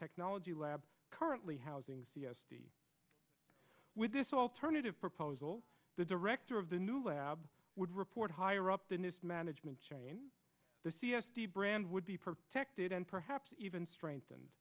technology lab currently housing with this alternative proposal the director of the new lab would report higher up the new management chain the c s t brand would be protected and perhaps even strengthened